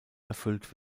erfüllt